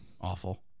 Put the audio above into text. Awful